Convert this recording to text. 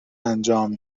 انجام